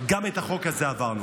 גם את החוק הזה העברנו.